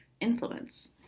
influence